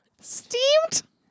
Steamed